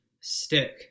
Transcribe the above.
stick